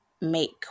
make